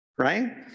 Right